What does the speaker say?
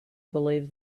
believe